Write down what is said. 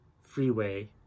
freeway